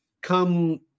come